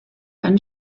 eine